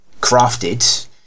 crafted